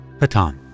Hatan